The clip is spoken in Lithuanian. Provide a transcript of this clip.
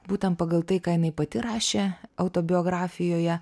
būtent pagal tai ką jinai pati rašė autobiografijoje